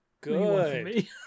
Good